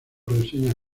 reseñas